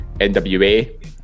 NWA